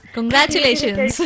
Congratulations